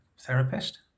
therapist